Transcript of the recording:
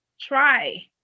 try